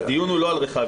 הדיון הוא לא על רחביה.